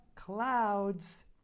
clouds